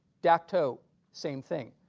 dak to same thing,